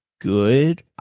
good